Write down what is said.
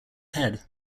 head